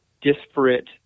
disparate